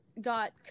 got